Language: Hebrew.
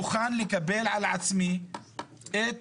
מוכן לקבל על עצמי את